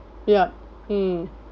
yup mm